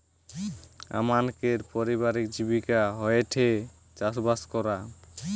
আমানকের পারিবারিক জীবিকা হয়ঠে চাষবাস করা